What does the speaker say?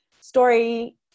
story